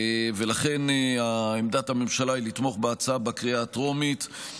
לכן עמדת הממשלה היא לתמוך בהצעה בקריאה הטרומית,